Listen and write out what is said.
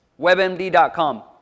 WebMD.com